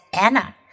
Anna